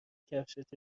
کفشت